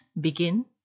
begin